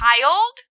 child